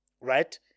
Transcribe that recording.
right